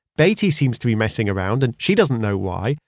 beatty seems to be messing around and she doesn't know why.